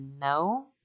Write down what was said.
no